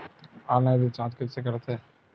Online recharge कइसे करथे?